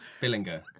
Billinger